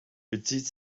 bezieht